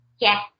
Yes